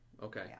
Okay